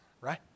Right